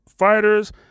fighters